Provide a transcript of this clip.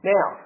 Now